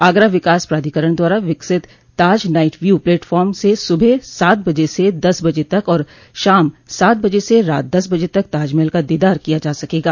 आगरा विकास प्राधिकरण द्वारा विकसित ताज नाइट व्यू प्लेटफार्म से सुबह सात बजे से दस बजे तक और शाम सात बजे से रात दस बजे तक ताजमहल का दीदार किया जा सकेगा